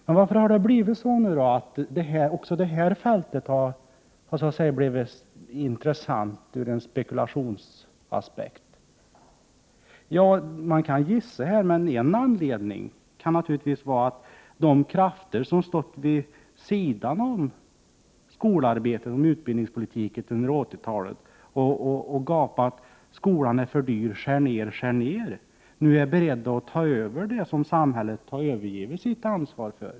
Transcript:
Men varför har även detta fält blivit intressant ur spekulationsaspekt? Man kan ju gissa, men en anledning kan naturligtvis vara att de krafter som har stått vid sidan av skolarbetet och utbildningspolitiken under 1980-talet och gapat om att skolan är för dyr och att nedskärningar skall göras nu är beredda att ta över det som samhället har övergivit sitt ansvar för.